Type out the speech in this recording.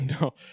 no